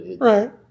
Right